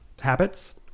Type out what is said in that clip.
habits